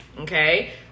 Okay